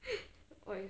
why